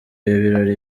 birori